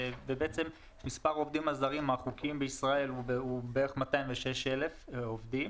מספר העובדים הזרים החוקיים בישראל הוא בערך 206,000 עובדים